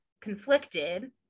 conflicted